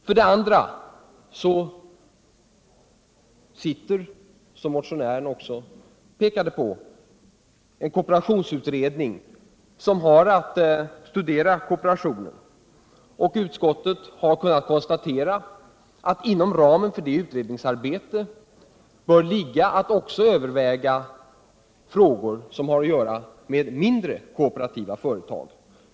För det andra är en kooperationsutredning tillsatt som har att studera kooperationen. Utskottet har kunnat konstatera att det inom ramen för detta utredningsarbete också bör ligga att överväga frågor som har att göra med mindre, kooperativa företag.